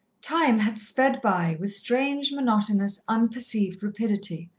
time had sped by, with strange, monotonous, unperceived rapidity.